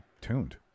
tuned